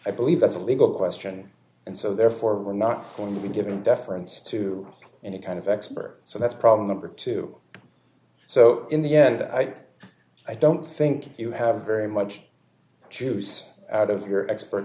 i believe that's a legal question and so therefore we're not going to be giving deference to any kind of expert so that's problem number two so in the end i don't think you have very much juice out of your expert